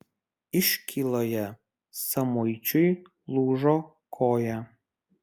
iškyloje samuičiui lūžo koja